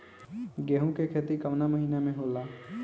गेहूँ के खेती कवना महीना में होला?